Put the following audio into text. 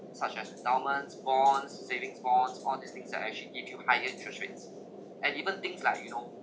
such as endowments bonds savings bonds all these things are actually give you higher interest rates and even things like you know